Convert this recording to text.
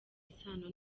isano